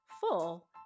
full